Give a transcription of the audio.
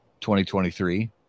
2023